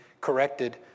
corrected